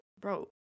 Bro